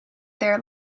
there